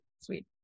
sweet